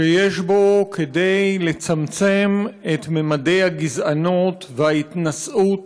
שיש בו כדי לצמצם את ממדי הגזענות וההתנשאות